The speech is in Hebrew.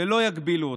ולא יגבילו אותה.